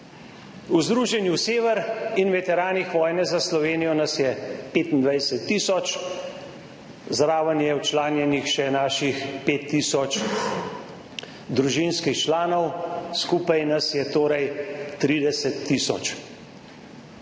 V združenju Sever in Veteranih vojne za Slovenijo nas je 25 tisoč, zraven je včlanjenih še naših 5 tisoč družinskih članov, skupaj nas je torej 30 tisoč.